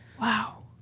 Wow